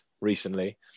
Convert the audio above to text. recently